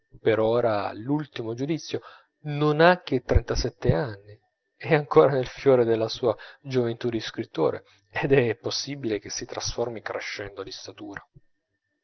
per ora l'ultimo giudizio non ha che trentasette anni è ancora nel fiore della sua gioventù di scrittore ed è possibile che si trasformi crescendo di statura